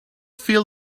feel